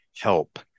help